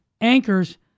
anchors